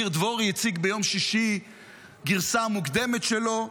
ניר דבורי הציג ביום שישי גרסה מוקדמת שלו.